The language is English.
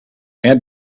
add